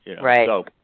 Right